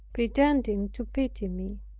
pretending to pity me.